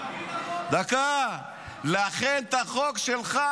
תביא את החוק.